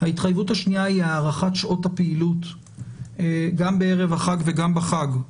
ההתחייבות השנייה היא הארכת שעות הפעילות גם בערב החג וגם בחג,